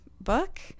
book